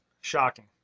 Shocking